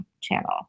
channel